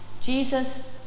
Jesus